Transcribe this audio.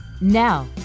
Now